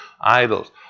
Idols